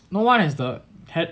no one has the ha~